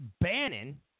Bannon